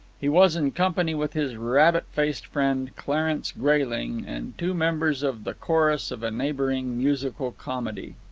he was in company with his rabbit-faced friend, clarence grayling, and two members of the chorus of a neighbouring musical comedy.